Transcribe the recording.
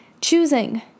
Choosing